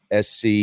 SC